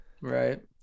Right